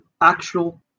actual